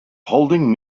holding